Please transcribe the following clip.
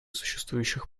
существующих